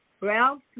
Ralph